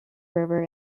river